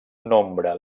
nombre